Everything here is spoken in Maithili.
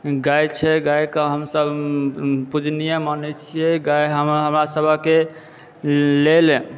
गाय छै गायके हमसब पूजनीए मानए छिऐ गाय हमरा सबकेँ लेल